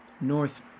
North